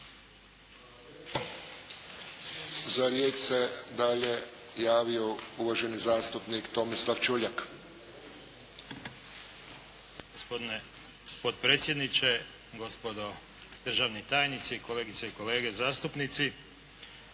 Za riječ se dalje javio uvaženi zastupnik Tomislav Čuljak. **Čuljak, Tomislav (HDZ)** Gospodine potpredsjedniče, gospodo državni tajnici, kolegice i kolege zastupnici.